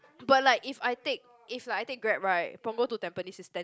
but like if I take if like I take grab right Punggol to Tampines is ten